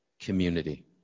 Community